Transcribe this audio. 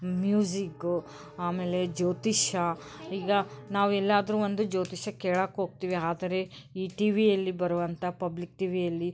music ಆಮೇಲೆ ಜ್ಯೋತಿಷ್ಯ ಈಗ ನಾವು ಎಲ್ಲಾದರೂ ಒಂದು ಜ್ಯೋತಿಷ್ಯ ಕೇಳಕ್ಕ ಹೋಗ್ತಿವಿ ಆದರೆ ಈ ಟಿವಿಯಲ್ಲಿ ಬರುವಂಥ ಪಬ್ಲಿಕ್ ಟಿವಿಯಲ್ಲಿ